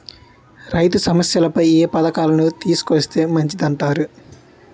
రైతు సమస్యలపై ఏ పథకాలను తీసుకొస్తే మంచిదంటారు?